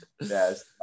Yes